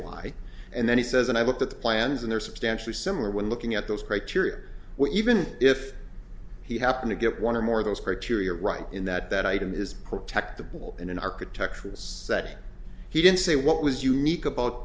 why and then he says and i looked at the plans and they're substantially similar when looking at those criteria which even if he happened to get one or more of those criteria right in that that item is protect the ball in an architectural setting he didn't say what was unique about